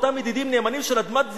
אותם ידידים נאמנים של אדמת זיבורית,